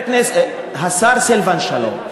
השר סילבן שלום,